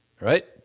right